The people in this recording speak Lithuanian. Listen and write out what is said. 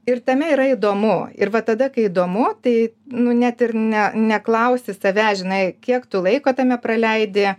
ir tame yra įdomu ir va tada kai įdomu tai nu net ir ne neklausi savęs žinai kiek tu laiko tame praleidi